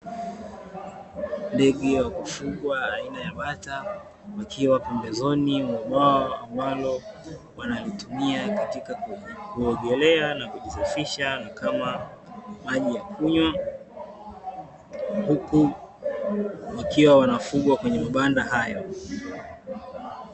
Ndege wa kufungwa aina ya bata, wakiwa pembezoni mwa bwawa ambalo wanalitumia katika kuogelea, na kujisafisha na kama maji ya kunywa, huku wakiwa wanafugwa kwenye mabanda hayo.